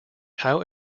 how